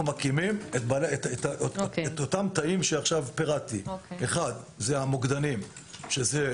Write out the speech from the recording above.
אנחנו מקימים את אותם תאים שעכשיו פירטתי: אחד זה המוקדנים שהם